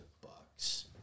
Bucks